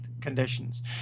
conditions